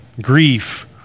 grief